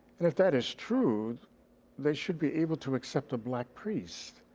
and if that is true, then they should be able to accept a black priest.